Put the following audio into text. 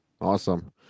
Awesome